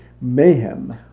mayhem